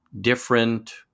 different